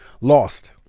Lost